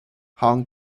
hong